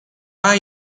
tra